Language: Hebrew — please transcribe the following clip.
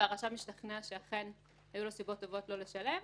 והרשם השתכנע שאכן היו לו סיבות טובות לא לשלם,